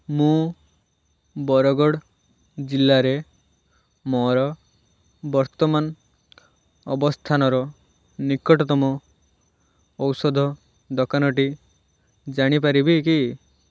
ମୁଁ ବରଗଡ଼ ଜିଲ୍ଲାରେ ମୋର ବର୍ତ୍ତମାନ ଅବସ୍ଥାନର ନିକଟତମ ଔଷଧ ଦୋକାନଟି ଜାଣିପାରିବି କି